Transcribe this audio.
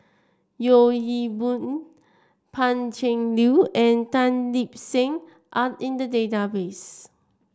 Yeo Hwee Bin Pan Cheng Lui and Tan Lip Seng are in the database